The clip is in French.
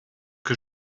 que